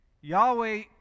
Yahweh